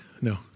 No